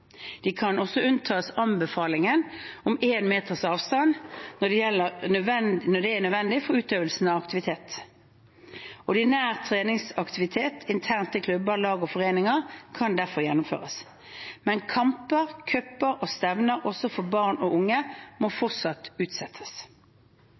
De kan også unntas anbefalingen om én meters avstand når det er nødvendig for utøvelsen av aktiviteten. Ordinær treningsaktivitet internt i klubber, lag og foreninger kan derfor gjennomføres. Men kamper, cuper og stevner også for barn og unge må